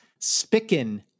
Spicken